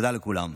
תודה לכולם.